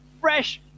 fresh